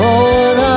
Lord